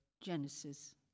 Genesis